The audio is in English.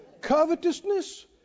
Covetousness